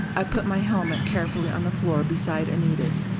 i put my helmet carefully on the floor beside anita's.